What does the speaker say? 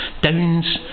downs